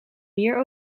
mier